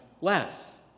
less